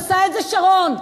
עשה את זה שרון,